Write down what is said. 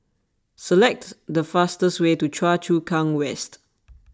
select the fastest way to Choa Chu Kang West